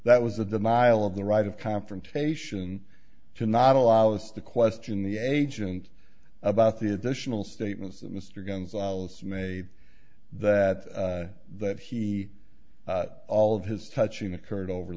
that was of the model of the right of confrontation to not allow us to question the agent about the additional statements that mr gonzales made that that he all of his touching occurred over